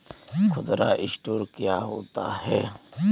खुदरा स्टोर क्या होता है?